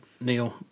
Neil